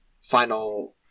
final